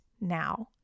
now